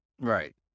Right